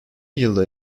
yılda